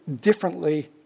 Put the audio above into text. differently